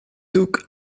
took